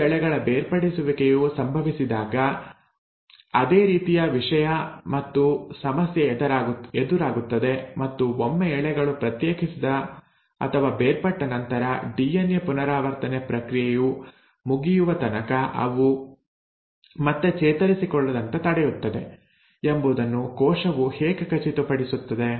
ಎರಡು ಎಳೆಗಳ ಬೇರ್ಪಡಿಸುವಿಕೆಯು ಸಂಭವಿಸಿದಾಗ ಅದೇ ರೀತಿಯ ವಿಷಯ ಮತ್ತು ಸಮಸ್ಯೆ ಎದುರಾಗುತ್ತದೆ ಮತ್ತು ಒಮ್ಮೆ ಎಳೆಗಳು ಪ್ರತ್ಯೇಕಿಸಿದ ಅಥವಾ ಬೇರ್ಪಟ್ಟ ನಂತರ ಡಿಎನ್ಎ ಪುನರಾವರ್ತನೆ ಪ್ರಕ್ರಿಯೆಯು ಮುಗಿಯುವ ತನಕ ಅವು ಮತ್ತೆ ಚೇತರಿಸಿಕೊಳ್ಳದಂತೆ ತಡೆಯುತ್ತದೆ ಎಂಬುದನ್ನು ಕೋಶವು ಹೇಗೆ ಖಚಿತಪಡಿಸುತ್ತದೆ